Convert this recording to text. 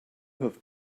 have